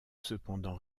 cependant